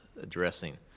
addressing